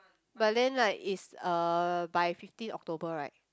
but then like it's uh by fifteen October right